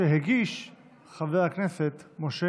אז אנחנו נכריז לאומה שחבר הכנסת גפני תומך בהצעה לסדר-היום.